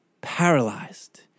paralyzed